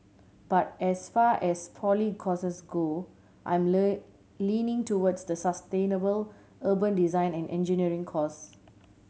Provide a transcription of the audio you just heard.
but as far as poly courses go I'm leaning towards the sustainable urban design and engineering course